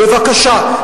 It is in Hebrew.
בבקשה,